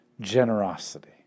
generosity